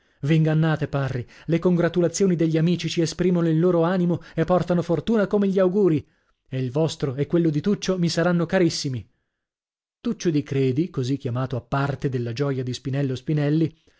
meno v'ingannate parri le congratulazioni degli amici ci esprimono il loro animo e portano fortuna come gli augurii e il vostro e quello di tuccio mi saranno carissimi tuccio di credi così chiamato a parte della gioia di spinello spinelli